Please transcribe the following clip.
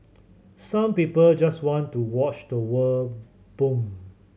some people just want to watch the world burn